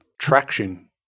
traction